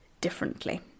differently